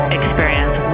experience